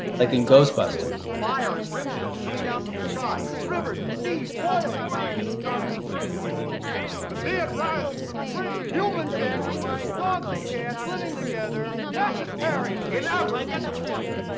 like in ghostbusters. fire and brimstone coming down from the skies. rivers and seas boiling. forty years of darkness, earthquakes, volcanoes. the dead rising from the grave. human sacrifice, dogs and cats living together. mass hysteria! enough, i get the point.